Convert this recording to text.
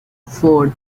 four